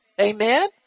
Amen